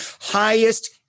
highest